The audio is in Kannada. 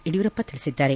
ಯಡಿಯೂರಪ್ಪ ತಿಳಿಸಿದ್ದಾರೆ